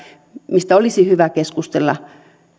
mistä olisi hyvä keskustella